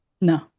No